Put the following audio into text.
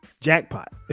Jackpot